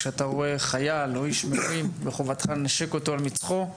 כשאתה רואה חייל או איש מילואים מחובתך לנשק אותו על מצחו.